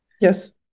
Yes